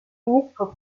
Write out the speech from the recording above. ministre